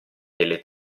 delle